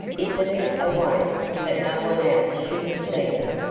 isn't it a waste that no one else should have seen it?